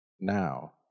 now